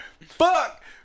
Fuck